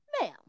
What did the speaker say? ma'am